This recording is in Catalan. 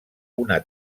una